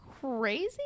Crazy